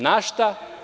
Na šta?